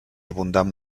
abundant